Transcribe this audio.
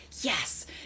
yes